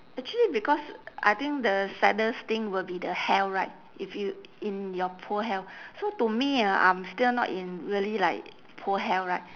actually because I think the saddest thing will be the health right if you in your poor health so to me ah I'm still not in really like poor health right